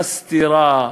מסתירה,